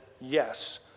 Yes